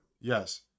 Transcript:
yes